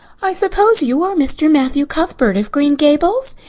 i suppose you are mr. matthew cuthbert of green gables?